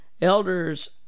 Elders